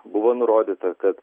buvo nurodyta kad